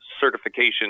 certification